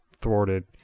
thwarted